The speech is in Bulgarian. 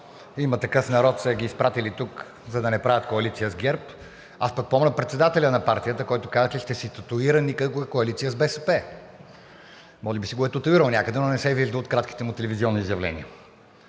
„Има такъв народ“ са ги изпратили тук, за да не правят коалиция с ГЕРБ, аз пък помня председателят на партията, който каза, че ще си татуира „Никога в коалиция с БСП“. Може би си го е татуирал някъде, но не се вижда от кратките му телевизионни изявления.